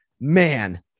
man